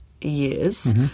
years